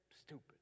stupid